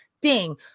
Ding